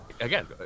Again